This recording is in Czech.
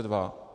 2.